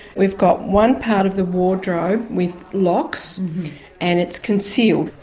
we've got one part of the wardrobe with locks and it's concealed.